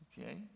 Okay